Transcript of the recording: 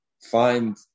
find